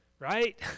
right